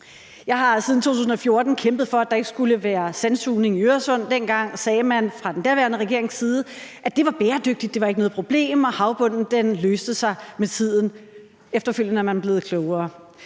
Jeg har siden 2014 kæmpet for, at der ikke skulle være sandsugning i Øresund. Dengang sagde man fra den daværende regerings side, at det var bæredygtigt og ikke noget problem, og at havbunden løste sig med tiden. Efterfølgende er man blevet klogere.